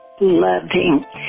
loving